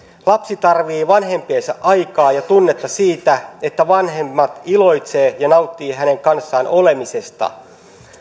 lapsi tarvitsee vanhempiensa aikaa ja tunnetta siitä että vanhemmat iloitsevat ja nauttivat hänen kanssaan olemisesta